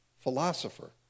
philosopher